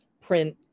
print